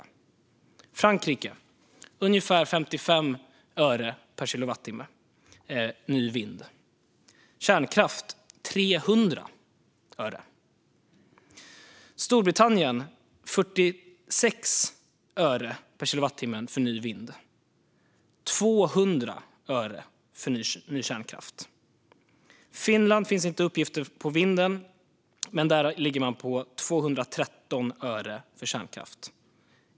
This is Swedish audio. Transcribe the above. I Frankrike kostar det ungefär 55 öre per kilowattimme att bygga ett nytt vindkraftverk. Det kostar 300 öre per kilowattimme att bygga ett nytt kärnkraftverk. I Storbritannien kostar det 46 öre per kilowattimme att bygga ett nytt vindkraftverk. Det kostar 200 öre per kilowattimme att bygga ett nytt kärnkraftverk. När det gäller Finland finns det inte uppgifter på vad det skulle kosta att bygga ett nytt vindkraftverk, men man ligger på 213 öre per kilowattimme för att bygga ett nytt kärnkraftverk.